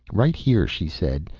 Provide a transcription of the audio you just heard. right here, she said.